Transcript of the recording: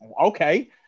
okay